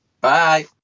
bye